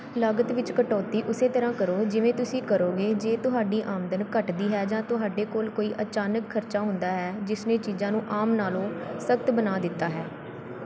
ਲਾਗਤ ਵਿੱਚ ਕਟੌਤੀ ਉਸੇ ਤਰ੍ਹਾਂ ਕਰੋ ਜਿਵੇਂ ਤੁਸੀਂ ਕਰੋਗੇ ਜੇ ਤੁਹਾਡੀ ਆਮਦਨ ਘਟਦੀ ਹੈ ਜਾਂ ਤੁਹਾਡੇ ਕੋਲ ਕੋਈ ਅਚਾਨਕ ਖਰਚਾ ਹੁੰਦਾ ਹੈ ਜਿਸ ਨੇ ਚੀਜ਼ਾਂ ਨੂੰ ਆਮ ਨਾਲੋਂ ਸਖ਼ਤ ਬਣਾ ਦਿੱਤਾ ਹੈ